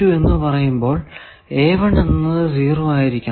എന്ന് പറയുമ്പോൾ എന്നത് 0 ആയിരിക്കണം